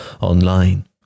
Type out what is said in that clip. online